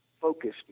focused